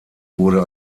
wurde